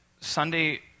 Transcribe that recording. Sunday